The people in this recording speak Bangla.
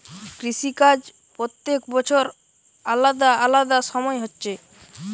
কৃষি কাজ প্রত্যেক বছর আলাদা আলাদা সময় হচ্ছে